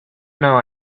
know